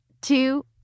two